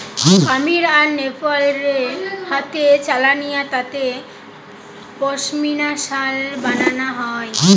কামীর আর নেপাল রে হাতে চালানিয়া তাঁতে পশমিনা শাল বানানা হয়